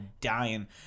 dying